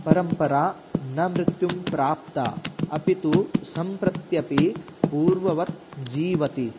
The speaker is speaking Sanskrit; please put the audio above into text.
परम्परा न मृत्युं प्राप्ता अपि तु सम्प्रत्यपि पूर्ववत् जीवति